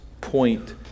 point